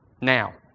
now